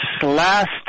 last